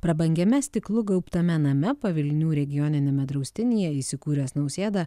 prabangiame stiklu gaubtame name pavilnių regioniniame draustinyje įsikūręs nausėda